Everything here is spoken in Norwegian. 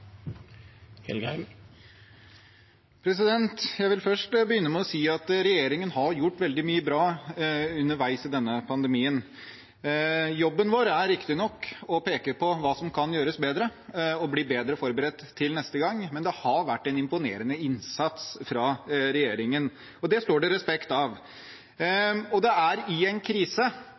Jeg vil først begynne med å si at regjeringen har gjort veldig mye bra underveis i denne pandemien. Jobben vår er riktignok å peke på hva som kan gjøres bedre, og bli bedre forberedt til neste gang, men det har vært en imponerende innsats fra regjeringen, og det står det respekt av. Det er i en krise